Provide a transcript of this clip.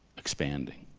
expanding.